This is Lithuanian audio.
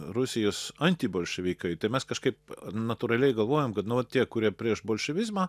rusijos antibolševikai tai mes kažkaip natūraliai galvojam kad nu vat tie kurie prieš bolševizmą